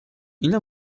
ile